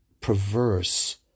perverse